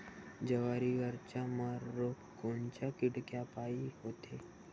जवारीवरचा मर रोग कोनच्या किड्यापायी होते?